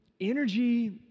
energy